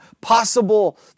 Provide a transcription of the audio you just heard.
possible